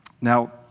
Now